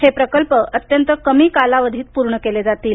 हे प्रकल्प अत्यंत कमी कालावधीत पूर्ण केले जातील